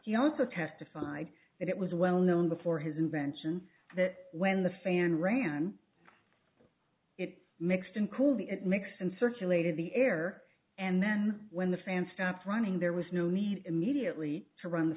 he also testified that it was well known before his invention that when the fan ran it mixed in cool the it makes and circulated the air and then when the fan stops running there was no need immediate reach to run the